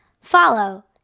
follow